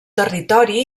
territori